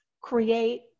create